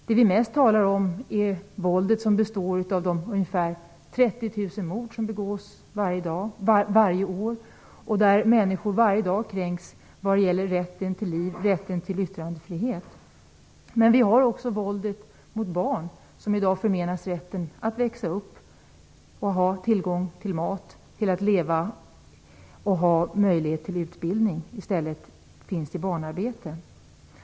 Det vi mest talar om är de ungefär 30 000 mord som begås varje år. Varje dag kränks människor när det gäller rätten till liv och yttrandefrihet. Vi har också våldet mot barn som i dag förmenas rätten att växa upp och ha tillgång till mat och utbildning. De finns i stället i barnarbete.